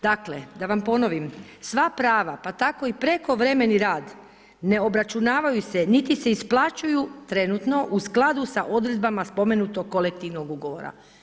Dakle, da vam ponovim, sva prava pa tako i prekovremeni rad ne obračunavaju se niti se isplaćuju trenutno u skladu sa odredbama spomenutog kolektivnog ugovora.